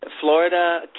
Florida